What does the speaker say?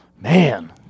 man